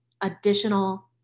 additional